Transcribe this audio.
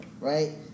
Right